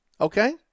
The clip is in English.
okay